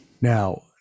Now